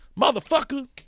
motherfucker